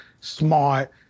smart